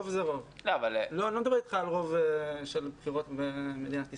אני לא מדבר אתך על רוב בבחירות במדינת ישראל.